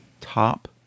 Top